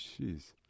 Jeez